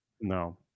No